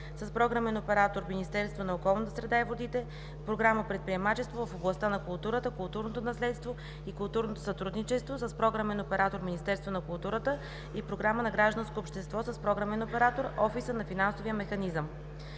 с програмен оператор Министерство на околната среда и водите; Програма „Предприемачество в областта на културата, културно наследство и културно сътрудничество“, с програмен оператор Министерство на културата и Програма „Гражданско общество“, с програмен оператор Офиса на Финансовия механизъм.